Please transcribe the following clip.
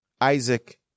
Isaac